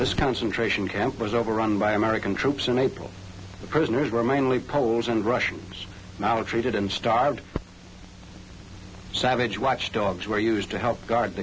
this concentration camp was overrun by american troops in april the prisoners were mainly poles and russians knowledge treated and starved savage watchdogs were used to help g